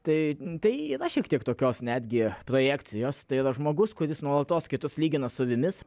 tai tai yra šiek tiek tokios netgi projekcijos tai yra žmogus kuris nuolatos kitus lygina su avimis